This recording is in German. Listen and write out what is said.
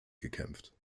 gekämpft